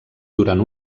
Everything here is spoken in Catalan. durant